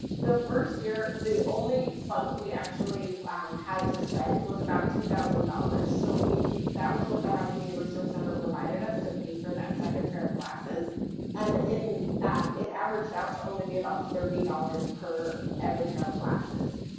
the first year the only funds we actually had to spend was about two thousand dollars, so we that was what the howe community resource center provided us to pay for that second pair of glasses and in it averaged out to only be about thirty dollars per every pair of glasses.